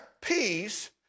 peace